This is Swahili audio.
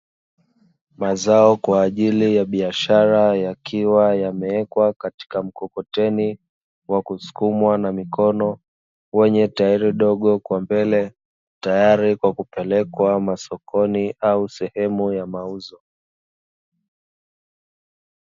Mazao kwaajili ya biashara yakiwa yamewekwa katika mkokoteni, unaosukumwa na mikono wenye tairi dogo kwa mbele, tayari kwa kupelekwa masokoni au sehemu ya mauzo.